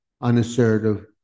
unassertive